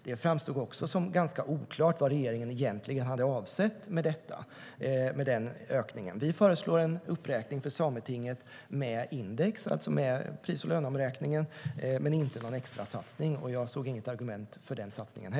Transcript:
Det framstod som ganska oklart vad regeringen hade avsett med denna ökning. Vi föreslår en uppräkning för Sametinget med index, alltså med pris och löneomräkningen, men inte någon extra satsning. Jag såg inte heller något argument för denna satsning.